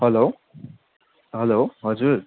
hello hello हजुर